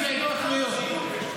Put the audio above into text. אז אתה לוקח כסף משם ומעביר להתנחלויות.